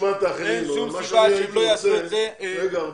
ואין שום סיבה שהם לא יעשו את זה לישראל.